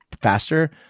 faster